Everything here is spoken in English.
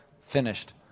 finished